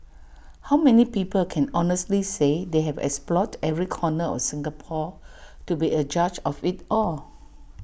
how many people can honestly say they have explored every corner of Singapore to be A judge of IT all